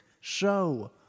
show